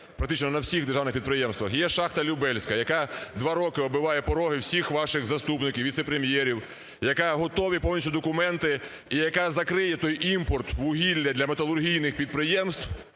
практично на всіх держаних підприємствах. І є шахта "Любельська", а два роки оббиває пороги всіх ваших заступників, віце-прем'єрів, яка готові повністю документи і яка закриє той імпорт вугілля для металургійних підприємств